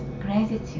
gratitude